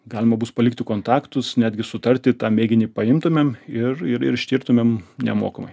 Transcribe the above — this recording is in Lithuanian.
galima bus palikti kontaktus netgi sutarti tą mėginį paimtumėm ir ir ir ištirtumėm nemokamai